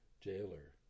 jailer